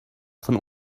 von